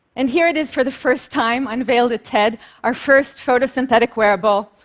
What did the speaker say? and here it is for the first time unveiled at ted our first photosynthetic wearable,